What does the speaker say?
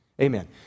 Amen